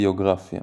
ביוגרפיה